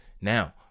now